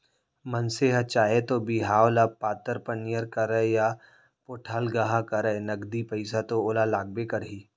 मनसे ह चाहे तौ बिहाव ल पातर पनियर करय या पोठलगहा करय नगदी पइसा तो ओला लागबे करही